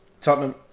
Tottenham